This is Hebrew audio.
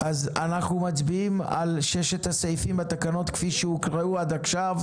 אנחנו מצביעים על ששת הסעיפים בתקנות כפי שהוקראו עד עכשיו.